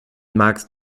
magst